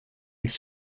ils